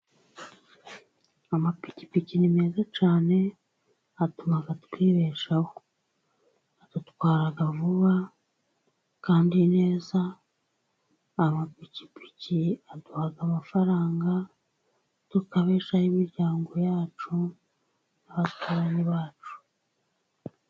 Amapikipiki ni meza cyane atuma twibeshaho, adutwara vuba kandi neza. Amapikipiki aduha amafaranga, tukabeshaho imiryango yacu n'abaturanyi bacu.